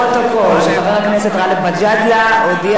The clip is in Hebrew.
לפרוטוקול: חבר הכנסת גאלב מג'אדלה הודיע שהוא לא הספיק